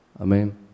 Amen